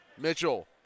Mitchell